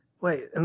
Wait